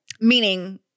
meaning